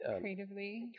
Creatively